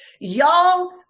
Y'all